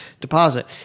deposit